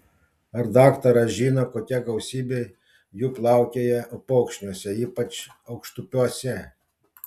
ar daktaras žino kokia gausybė jų plaukioja upokšniuose ypač aukštupiuose